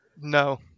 No